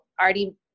already